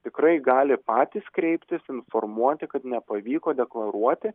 tikrai gali patys kreiptis informuoti kad nepavyko deklaruoti